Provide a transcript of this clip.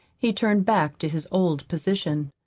he turned back to his old position.